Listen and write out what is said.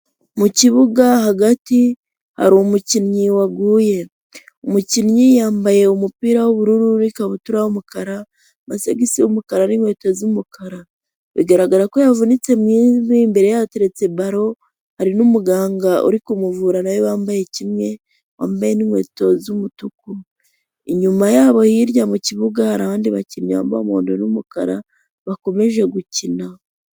Mu kibuga hagati hari umukinnyi waguye. Umukinnyi yambaye umupira w'ubururu, n'ikabutura y'umukara, amasogisi y'umukara, n'inkweto z'umukara, bigaragara ko yavunitse mu ivi, imbere ye hateretse balo, hari n'umuganga uri kumuvura nawe bambaye kimwe, wambaye n'inkweto z'umutuku, inyuma yabo hirya mu kibuga, hari abandi bakinnyi bambaye umuhondo n'umukara bakomeje gukina.